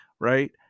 right